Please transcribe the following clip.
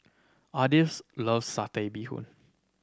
Ardith loves Satay Bee Hoon